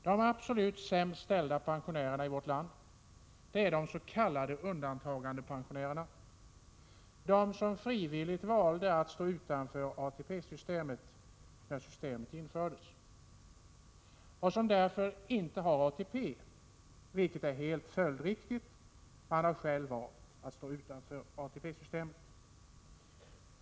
De absolut sämst ställda pensionärerna i vårt land är de s.k. undantagandepensionärerna, de som frivilligt valde att stå utanför ATP-systemet när detta infördes och som därför inte har ATP, vilket är helt följdriktigt — de har själva valt att stå utanför ATP-systemet.